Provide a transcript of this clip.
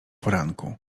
poranku